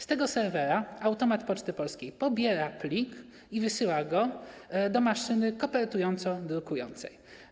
Z tego serwera automat Poczty Polskiej pobiera plik i wysyła go do maszyny drukująco-kopertującej.